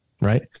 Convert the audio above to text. right